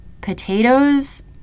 Potatoes